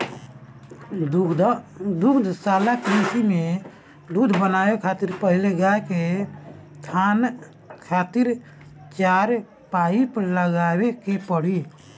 दुग्धशाला कृषि में दूध बनावे खातिर पहिले गाय के थान खातिर चार पाइप लगावे के पड़ी